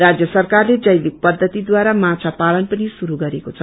राज्य सरकारले जैविक पद्धति ढारा माछा पालन पनि श्रुरू गरेको छ